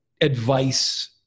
advice